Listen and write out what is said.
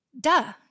Duh